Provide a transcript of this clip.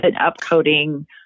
up-coding